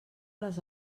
les